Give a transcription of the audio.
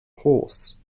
horse